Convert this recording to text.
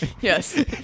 Yes